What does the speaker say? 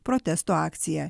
protesto akciją